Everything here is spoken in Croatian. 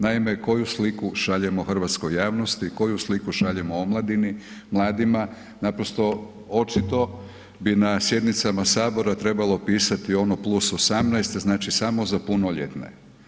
Naime, koju sliku šaljemo hrvatskoj javnosti, koju sliku šaljemo omladini, mladima, naprosto očito bi na sjednicama Sabora trebalo pisati ono +18 jer znači samo za punoljetne.